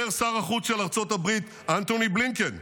אומר שר החוץ של ארצות הברית אנתוני בלינקן: